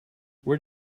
where